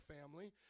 family